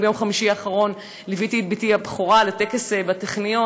ביום חמישי האחרון ליוויתי את בתי הבכורה לטקס בטכניון